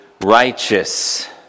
righteous